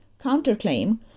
counterclaim